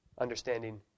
understanding